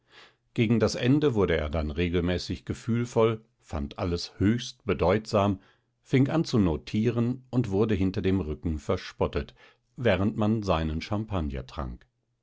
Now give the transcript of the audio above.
gegen das ende wurde er dann regelmäßig gefühlvoll fand alles höchst bedeutsam fing an zu notieren und wurde hinter dem rücken verspottet während man seinen champagner trank